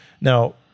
now